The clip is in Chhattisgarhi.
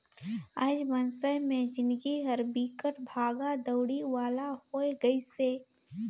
आएज मइनसे मे जिनगी हर बिकट भागा दउड़ी वाला होये गइसे